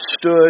stood